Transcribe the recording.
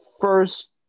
first